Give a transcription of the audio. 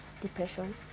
depression